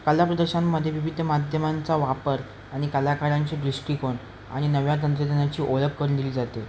कला प्रदर्शनमध्ये विविध माध्यमांचा वापर आणि कलाकारांचे दृष्टिकोन आणि नव्या तंत्रज्ञानाची ओळख करून दिली जाते